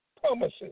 promises